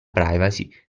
privacy